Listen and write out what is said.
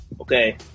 Okay